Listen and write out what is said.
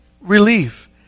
relief